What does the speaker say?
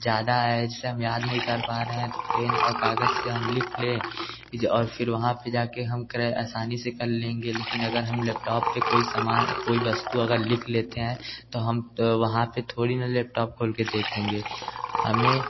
ज़्यादा है जिसे हम याद नहीं कर पा रहे हैं तो पेन और कागज से हम लिख लें कि जो और फिर वहाँ पे जाके हम क्रय आसानी से कर लेंगे लेकिन अगर हम लेपटॉप पे कोई सामान कोई वस्तु अगर लिख लेते हैं तो हम वहाँ पे थोड़ी ना लेपटॉप खाेल के देखेंगे हमें